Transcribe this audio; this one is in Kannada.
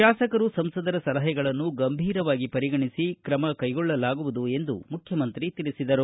ಶಾಸಕರು ಸಂಸದರ ಸಲಹೆಗಳನ್ನು ಗಂಭೀರವಾಗಿ ಪರಿಗಣಿಸಿ ತ್ರಮ ಕೈಗೊಳ್ಳಲಾಗುವುದು ಎಂದು ಮುಖ್ಣಮಂತ್ರಿ ತಿಳಿಸಿದರು